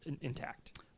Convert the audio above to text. intact